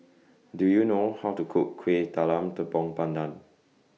Do YOU know How to Cook Kueh Talam Tepong Pandan